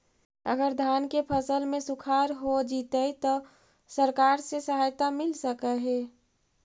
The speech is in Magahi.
अगर धान के फ़सल में सुखाड़ होजितै त सरकार से सहायता मिल सके हे?